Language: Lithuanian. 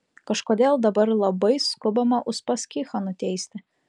kažkodėl dabar labai skubama uspaskichą nuteisti